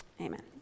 Amen